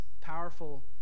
powerful